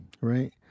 right